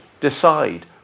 decide